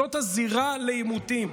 זאת הזירה לעימותים,